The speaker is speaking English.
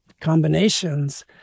combinations